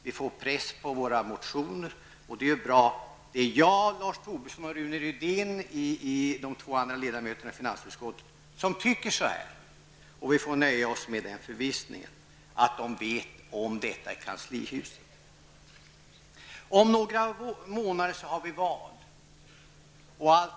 Vi får press på våra motioner, och det är bra. Det är jag, Lars Tobisson och Rune Ryndén de två andra moderata ledamöterna i finansutskottet -- som tycker så här. Vi får nöja oss med förvissningen om att man i kanslihuset känner till detta. Om några månader har vi val.